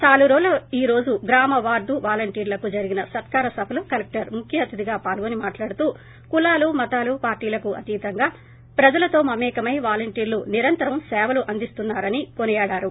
సాలూరులో ఈ రోజు గ్రామ వార్దు వాలంటీర్ణకు జరిగిన సత్కార సభలో కలెక్లర్ ముఖ్య అతిధిగా పాల్గొని మాట్లాడుతూ కులాలు మతాలు పార్గీలకు అతీతంగా ప్రజలలో మమేకమై వాలంటీర్లు నిరంతరం సేవలందిస్తున్నారని కొనియాడారు